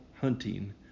hunting